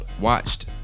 watched